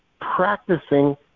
practicing